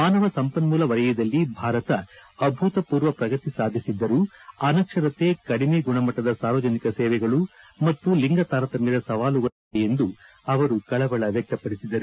ಮಾನವ ಸಂಪನ್ಮೂಲ ವಲಯದಲ್ಲಿ ಭಾರತ ಅಭೂತಪೂರ್ವ ಪ್ರಗತಿ ಸಾಧಿಸಿದ್ದರೂ ಅನಕ್ಷರತೆ ಕಡಿಮೆ ಗುಣಮಟ್ಟದ ಸಾರ್ವಜನಿಕ ಸೇವೆಗಳು ಮತ್ತು ಲಿಂಗ ತಾರತಮ್ಯದ ಸವಾಲುಗಳನ್ನು ಎದುರಿಸುತ್ತಿದೆ ಎಂದು ಅವರು ಕಳವಳ ವ್ಲಕ್ಷಪಡಿಸಿದರು